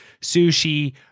sushi